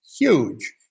huge